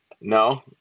No